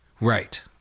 right